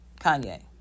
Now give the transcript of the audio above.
Kanye